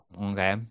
Okay